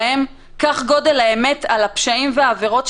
פה את העזרה שלכם להפעיל את האכיפה ואת הענישה,